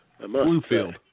Bluefield